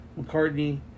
McCartney